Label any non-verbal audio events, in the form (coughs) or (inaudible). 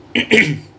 (coughs)